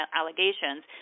allegations